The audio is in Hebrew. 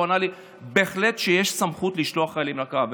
והוא ענה לי: בהחלט שיש סמכות לשלוח חיילים לקרב.